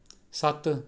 ਸੱਤ